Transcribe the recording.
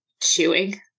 chewing